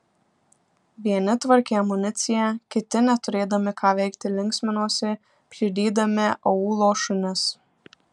vieni tvarkė amuniciją kiti neturėdami ką veikti linksminosi pjudydami aūlo šunis